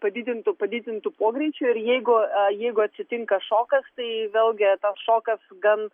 padidintu padidintu pogreičau ir jeigu aa jeigu atsitinka šokas tai velgi tas šokas gan